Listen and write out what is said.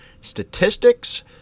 statistics